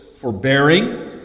forbearing